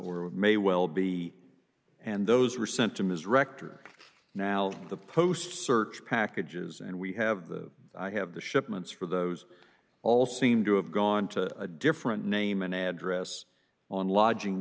or may well be and those were sent to ms rector now the post search packages and we have the i have the shipments for those all seem to have gone to a different name and address on lodging